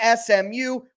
SMU